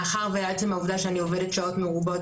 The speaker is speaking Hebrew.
מאחר ועצם העובדה שאני עובדת שעות מרובות,